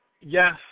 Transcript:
Yes